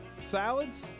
salads